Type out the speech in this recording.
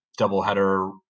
doubleheader